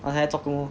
他现在做工咯